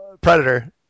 Predator